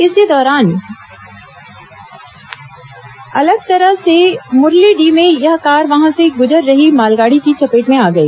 इसी दौरान अकलतरा के मुरलीडीह में यह कार वहां से गुजर रही मालगाड़ी की चपेट में आ गई